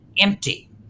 empty